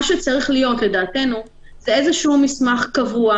מה שצריך להיות לדעתנו זה איזה מסמך קבוע,